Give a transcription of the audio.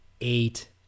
eight